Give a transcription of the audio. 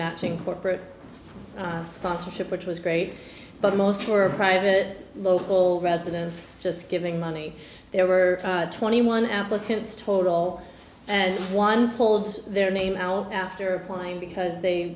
matching corporate sponsorship which was great but most were private local residents just giving money there were twenty one applicants total and one pulled their name out after applying because they